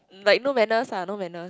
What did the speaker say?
like no manners lah no manners